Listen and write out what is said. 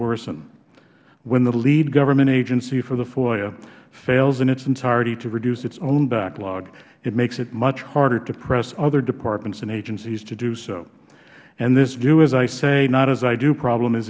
worsen when the lead government agency for the foia fails in its entirety to reduce its own backlog it makes it much harder to press other departments and agencies to do so this do as i say not as i do problem is